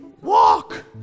walk